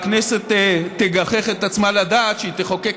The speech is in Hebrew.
הכנסת תגחיך את עצמה לדעת כשהיא תחוקק